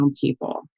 people